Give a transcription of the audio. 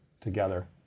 together